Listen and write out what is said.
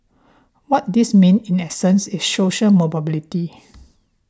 what this means in essence is social mobility